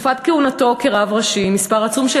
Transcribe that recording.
בתקופת כהונתו כרב ראשי מספר עצום של